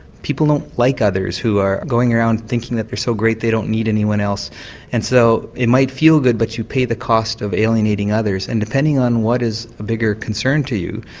people don't like others who are going around thinking they are so great they don't need anyone else and so it might feel good but you pay the cost of alienating others, and depending on what is a bigger concern to you,